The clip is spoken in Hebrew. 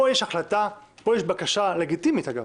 פה יש בקשה לגיטימית, אגב,